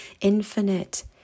infinite